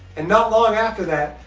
and not long after that,